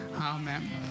Amen